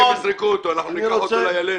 יזרקו אותו, אנחנו ניקח אותו אולי אלינו.